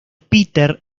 peter